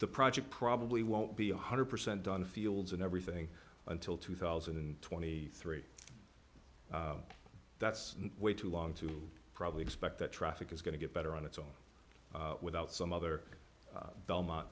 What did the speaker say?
the project probably won't be one hundred percent done fields and everything until two thousand and twenty three that's way too long to probably expect that traffic is going to get better on its own without some other belmont